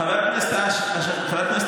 חבר הכנסת אשר,